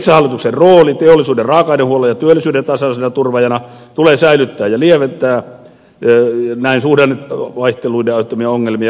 metsähallituksen rooli teollisuuden raaka ainehuollon ja työllisyyden tasaisena turvaajana tulee säilyttää ja näin lieventää suhdannevaihteluiden aiheuttamia ongelmia